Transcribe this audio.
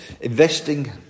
Investing